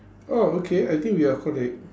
oh okay I think we are correct